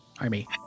army